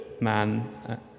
man